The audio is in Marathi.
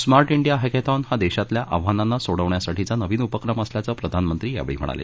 स्मार्ट इंडिया हॅकॅथॉन हा देशातील आव्हानांना सोडविण्यासाठीचा नवीन उपक्रम असल्याचं प्रधानमंत्री यावेळी म्हणाले